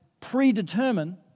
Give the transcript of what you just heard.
predetermine